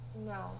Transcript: No